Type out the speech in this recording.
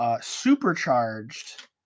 supercharged